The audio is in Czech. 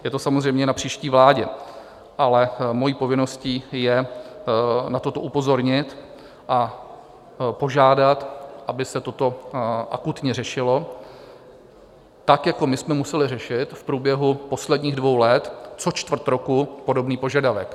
Je to samozřejmě na příští vládě, ale mojí povinností je na toto upozornit a požádat, aby se toto akutně řešilo tak, jako my jsme museli řešit v průběhu posledních dvou let co čtvrt roku podobný požadavek.